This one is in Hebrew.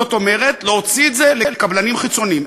זאת אומרת, להוציא את זה לקבלנים חיצוניים.